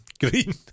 Green